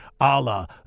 Allah